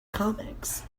comics